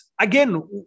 again